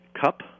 cup